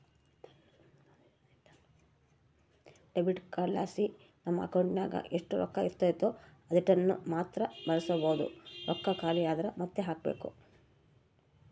debit ಕಾರ್ಡ್ಲಾಸಿ ನಮ್ ಅಕೌಂಟಿನಾಗ ಎಷ್ಟು ರೊಕ್ಕ ಇರ್ತತೋ ಅದೀಟನ್ನಮಾತ್ರ ಬಳಸ್ಬೋದು, ರೊಕ್ಕ ಖಾಲಿ ಆದ್ರ ಮಾತ್ತೆ ಹಾಕ್ಬಕು